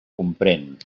comprén